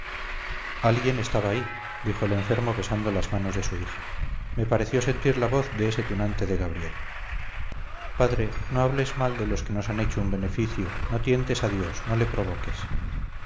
alguien estaba ahí dijo el enfermo besando las manos de su hija me pareció sentir la voz de ese tunante de gabriel padre no hables mal de los que nos han hecho un beneficio no tientes a dios no le provoques